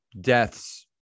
deaths